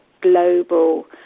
global